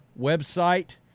website